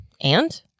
And-